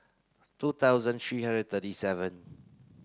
two thousand three hundred thirty seven